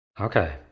okay